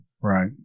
right